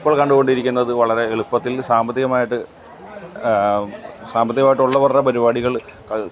ഇപ്പോൾ കണ്ടുകൊണ്ടിരിക്കുന്നത് വളരെ എളുപ്പത്തിൽ സാമ്പത്തികമായിട്ട് സാമ്പത്തികമായിട്ട് ഉള്ളവരുടെ പരിപാടികൾ